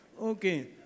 Okay